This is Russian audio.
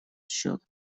счет